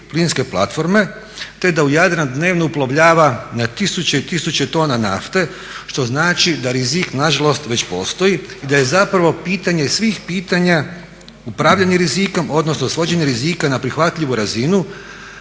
plinske platforme te da u Jadran dnevno uplovljava na tisuće i tisuće tona nafte što znači da rizik nažalost već postoji i da je zapravo pitanje svih pitanja upravljanje rizikom odnosno svođenje rizika na prihvatljivu razinu,